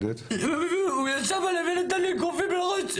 הוא ישב עליי ונתן לי אגרופים לראש,